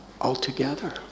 altogether